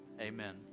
amen